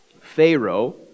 Pharaoh